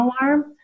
alarm